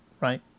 right